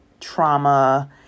trauma